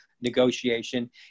negotiation